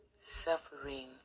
Suffering